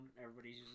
Everybody's